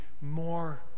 more